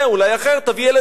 מהו הגבול?